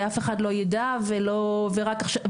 יושבת-ראש ועדת החינוך,